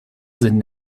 sind